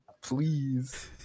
Please